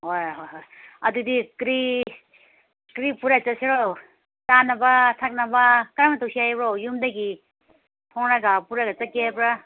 ꯍꯣꯏ ꯍꯣꯏ ꯍꯣꯏ ꯑꯗꯨꯗꯤ ꯀꯔꯤ ꯀꯔꯤ ꯄꯨꯔꯒ ꯆꯠꯁꯤꯔꯣ ꯆꯥꯅꯕ ꯊꯛꯅꯕ ꯀꯔꯝ ꯇꯧꯁꯦ ꯍꯥꯏꯕ꯭ꯔꯣ ꯌꯨꯝꯗꯒꯤ ꯊꯣꯡꯉꯒ ꯄꯨꯔꯒ ꯆꯠꯀꯦ ꯍꯥꯏꯕ꯭ꯔꯥ